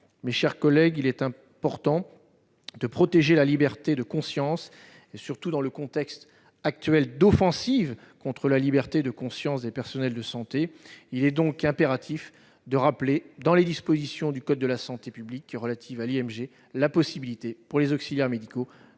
Mes chers collègues, il est important de protéger la liberté de conscience, surtout dans le contexte actuel d'offensive contre la liberté de conscience des personnels de santé. Il est donc impératif de rappeler, dans les dispositions du code de la santé publique relatives à l'IMG, la possibilité pour les auxiliaires médicaux